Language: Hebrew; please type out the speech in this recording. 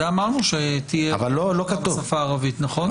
זה אמרנו שתהיה הודעה בשפה הערבית, נכון?